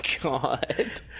God